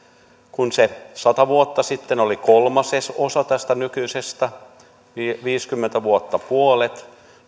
kun se sata vuotta sitten oli kolmasosa nykyisestä ja viisikymmentä vuotta sitten puolet